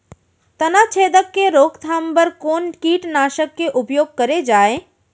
तनाछेदक के रोकथाम बर कोन कीटनाशक के उपयोग करे जाये?